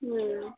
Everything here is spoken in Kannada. ಹ್ಞೂ